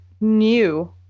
new